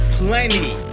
plenty